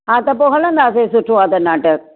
हा त पोइ हलंदासे सुठो आहे त नाटक